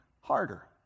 harder